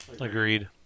agreed